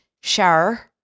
Shower